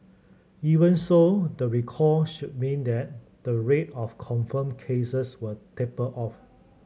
even so the recall should mean that the rate of confirmed cases will taper off